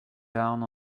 down